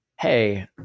hey